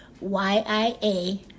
Y-I-A